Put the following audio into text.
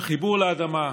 החיבור לאדמה,